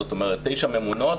זאת אומרת תשע ממונות,